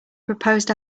proposed